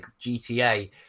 GTA